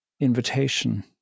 invitation